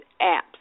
apps